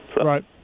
Right